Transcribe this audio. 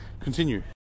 continue